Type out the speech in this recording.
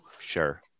Sure